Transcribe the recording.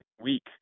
week